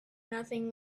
nothing